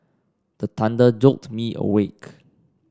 the thunder jolt me awake